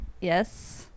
Yes